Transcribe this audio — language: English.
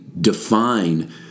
define